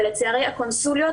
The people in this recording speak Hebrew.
לצערי הקונסוליות